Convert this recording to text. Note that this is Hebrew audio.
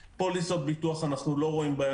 פוליסות ביטוח אנחנו לא רואים בעיה